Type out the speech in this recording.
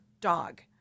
dog